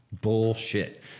Bullshit